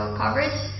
coverage